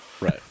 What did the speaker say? Right